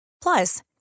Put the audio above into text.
Plus